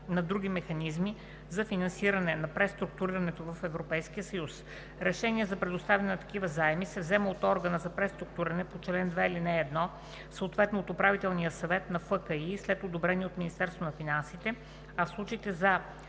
на други механизми за финансиране на преструктурирането в Европейския съюз. Решение за предоставяне на такива заеми се взема от органа за преструктуриране по чл. 2, ал. 1, съответно от Управителния съвет на ФКИ, след одобрение от Министерството на финансите, а в случаите на